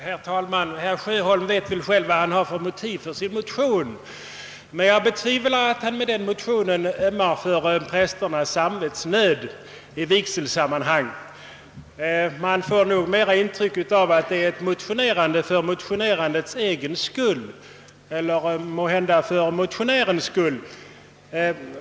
Herr talman! Herr Sjöholm vet förmodligen själv vilka motiv han har för sin motion, men jag betvivlar att han har väckt den emedan han ömmar för prästernas samvetsnöd i vigselsammanhang. Man får snarare det intrycket att det är en motion för motionerandets egen skull — eller måhända för motionärens skull.